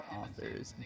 authors